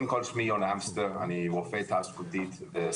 שמי יונה אמסטר, אני רופא תעסוקתי-סביבתי.